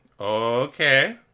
Okay